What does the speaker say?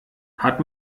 hat